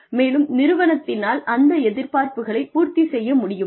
மேலும் நிறுவனத்தினால் அந்த எதிர்பார்ப்புகளைப் பூர்த்திசெய்ய முடியுமா